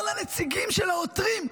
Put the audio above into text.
אמר לנציגים של העותרים,